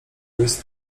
jest